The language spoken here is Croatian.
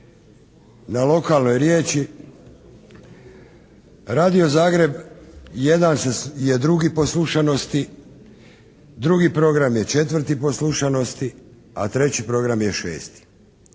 na lokalnoj riječi Radio Zagreb jedan je drugi po slušanosti. Drugi program je četvrti po slušanosti, a treći program je šesti.